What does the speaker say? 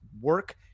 work